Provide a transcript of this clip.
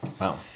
Wow